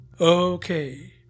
Okay